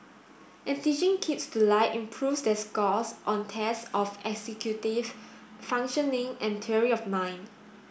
and teaching kids to lie improves their scores on tests of executive functioning and theory of mind